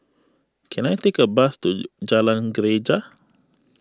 can I take a bus to Jalan Greja